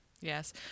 yes